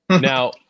now